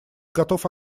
готов